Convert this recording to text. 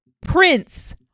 Prince